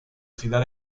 ciudad